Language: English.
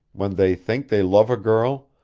when they think they love a girl,